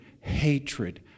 hatred